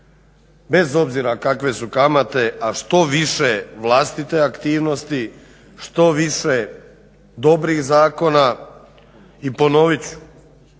bez obzira kakve su kamate, a što više vlastite aktivnosti, što više dobrih zakona. I ponovit ću